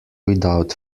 without